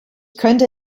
könnte